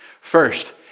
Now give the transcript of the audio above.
First